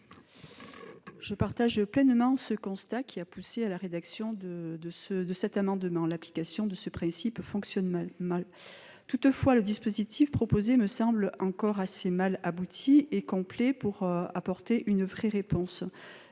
Je partage pleinement le constat dressé par les auteurs de cet amendement : l'application de ce principe fonctionne mal. Toutefois, le dispositif proposé ne semble pas encore suffisamment abouti et complet pour apporter une vraie réponse.